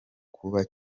kuba